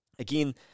Again